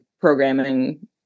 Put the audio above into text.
programming